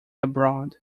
abroad